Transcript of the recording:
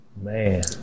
Man